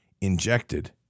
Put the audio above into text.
injected